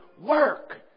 work